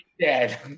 dead